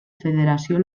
federació